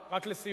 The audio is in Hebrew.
רק לסיום.